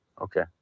Okay